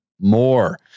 more